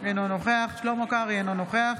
אינו נוכח שלמה קרעי, אינו נוכח